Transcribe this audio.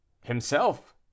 Himself